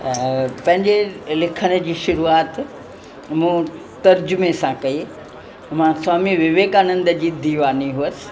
पंहिंजे लिखण जी शुरूआति मूं तर्जुमे सां कई मां स्वामी विवेकानंद जी दिवानी हुअसि